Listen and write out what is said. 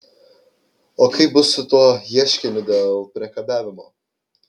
o kaip bus su tuo ieškiniu dėl priekabiavimo